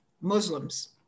muslims